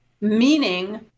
meaning